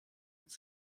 ins